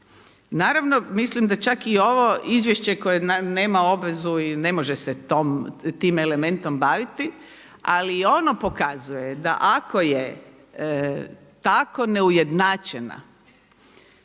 naravno mislim da čak i ovo izvješće koje nema obvezu i ne može se tim elementom baviti ali ono pokazuje da ako je tako neujednačena